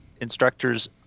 instructors